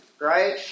right